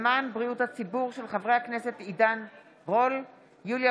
של חברי הכנסת עידן רול, יוליה